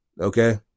okay